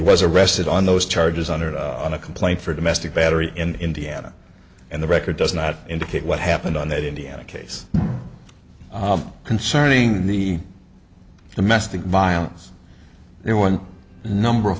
was arrested on those charges on or on a complaint for domestic battery in indiana and the record does not indicate what happened on that indiana case concerning the domestic violence there one number of